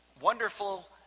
wonderful